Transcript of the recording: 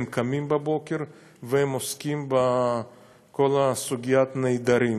הם קמים בבוקר ועוסקים בסוגיית הנעדרים,